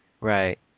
Right